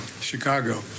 Chicago